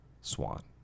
Swan